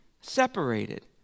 separated